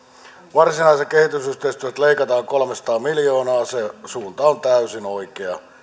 varsinaisesti kehitysyhteistyöstä leikataan kolmesataa miljoonaa se suunta on täysin oikea